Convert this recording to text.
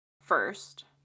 first